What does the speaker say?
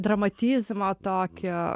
dramatizmo tokio